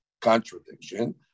contradiction